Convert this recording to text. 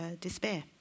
despair